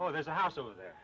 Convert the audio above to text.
oh there's a house over there